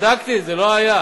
בדקתי את זה, זה לא היה.